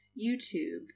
YouTube